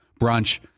brunch